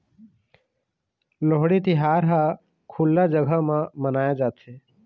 लोहड़ी तिहार ह खुल्ला जघा म मनाए जाथे